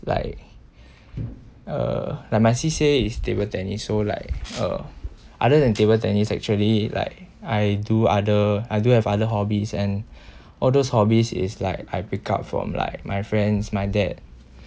like uh like my C_C_A is table tennis so like uh other than table tennis actually like I do other I do have other hobbies and all those hobbies is like I pick up from like my friends my dad